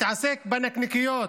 מתעסק בנקניקיות,